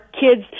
kids